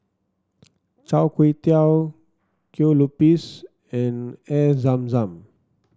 Char Kway Teow Kue Lupis and Air Zam Zam